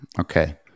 Okay